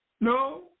No